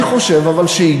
אני חושב אבל,